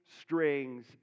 strings